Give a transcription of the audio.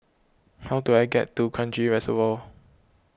how do I get to Kranji Reservoir